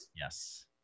Yes